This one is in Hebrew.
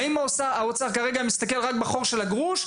האם האוצר כרגע מסתכל רק בחור של הגרוש?